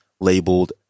labeled